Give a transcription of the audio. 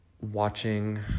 watching